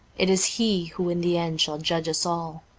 it is he who in the end shall judge us all.